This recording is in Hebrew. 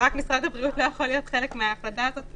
ורק משרד הבריאות לא יכול להיות חלק מההחלטה הזאת?